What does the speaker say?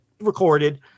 recorded